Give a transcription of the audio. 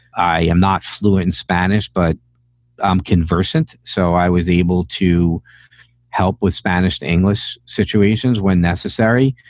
i am not fluent in spanish, but i'm conversant. so i was able to help with spanish to english situations when necessary.